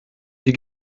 die